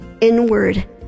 inward